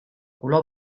color